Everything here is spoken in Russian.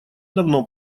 давно